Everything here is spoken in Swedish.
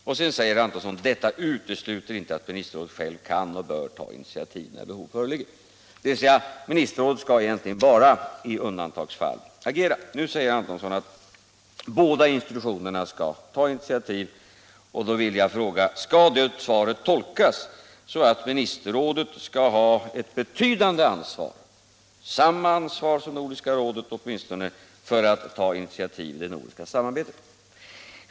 Så tillägger herr Antonsson: ”Detta utesluter inte att ministerrådet själv kan och bör ta initiativ när behov föreligger.” Alltså skall ministerrådet egentligen bara i undantagsfall agera. Nu säger herr Antonsson att båda institutionerna skall ta initiativ, och då vill jag fråga: Skall svaret tolkas så, att ministerrådet skall ha ett betydande ansvar, åtminstone samma ansvar som Nordiska rådet, för att ta initiativ i det nordiska samarbetet?